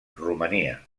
romania